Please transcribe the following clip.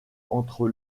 entre